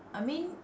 I mean